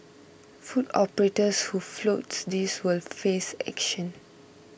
food operators who flouts this will face action